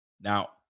Now